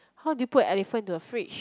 how do you put elephant into a fridge